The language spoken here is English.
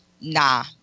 Nah